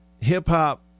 hip-hop